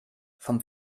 vom